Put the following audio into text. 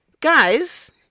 Guys